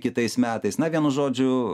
kitais metais na vienu žodžiu